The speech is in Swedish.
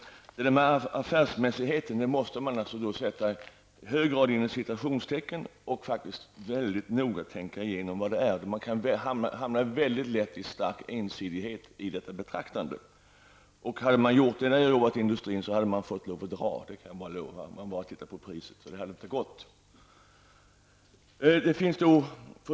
Affärsmässigheten är något som man i hög grad måste sätta inom citationstecken, och man måste mycket noga tänka igenom vad det innebär. Man kan mycket lätt hamna i en stark ensidighet vid detta betraktande. Om man hade gjort detta under den tid jag arbetade inom industrin hade man fått lov att gå, det kan jag bara lova. Det hade inte gått om man bara tittat på priset.